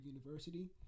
University